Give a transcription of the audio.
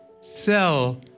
Sell